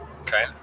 okay